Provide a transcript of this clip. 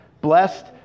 blessed